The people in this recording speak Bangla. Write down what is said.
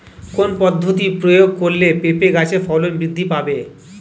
কোন পদ্ধতি প্রয়োগ করলে পেঁপে গাছের ফলন বৃদ্ধি পাবে?